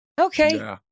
Okay